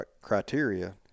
criteria